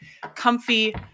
comfy